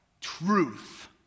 truth